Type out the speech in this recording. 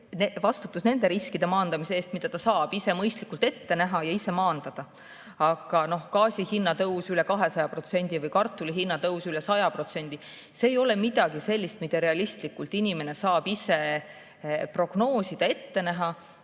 vastutus nende riskide maandamise eest, mida ta saab ise mõistlikult ette näha ja ise maandada. Aga gaasi hinna tõus üle 200% või kartuli hinna tõus üle 100% – see ei ole midagi sellist, mida inimene saab ise realistlikult prognoosida, ette näha.